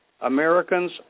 americans